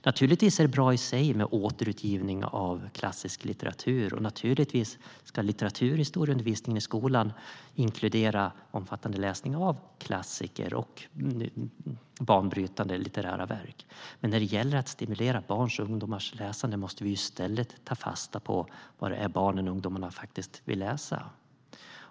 Naturligtvis är det bra i sig med återutgivning av klassisk litteratur, och naturligtvis ska litteraturhistorieundervisningen i skolan inkludera omfattande läsning av klassiker och banbrytande litterära verk. Men när det gäller att stimulera barns och ungdomars läsande måste vi i stället ta fasta på vad det är som barnen och ungdomarna faktiskt vill läsa.